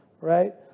right